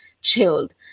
chilled